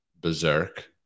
berserk